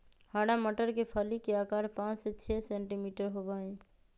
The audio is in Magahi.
हरा मटर के फली के आकार पाँच से छे सेंटीमीटर होबा हई